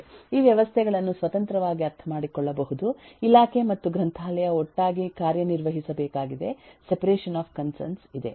ಈ ವ್ಯವಸ್ಥೆಗಳನ್ನು ಸ್ವತಂತ್ರವಾಗಿ ಅರ್ಥಮಾಡಿಕೊಳ್ಳಬಹುದು ಇಲಾಖೆ ಮತ್ತು ಗ್ರಂಥಾಲಯ ಒಟ್ಟಾಗಿ ಕಾರ್ಯನಿರ್ವಹಿಸ ಬೇಕಾಗಿದೆ ಸೆಪರೇಷನ್ ಆಫ್ ಕನ್ಸರ್ನ್ಸ್ ಇದೆ